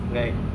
like